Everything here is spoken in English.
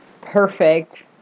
perfect